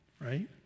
right